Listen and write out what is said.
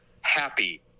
happy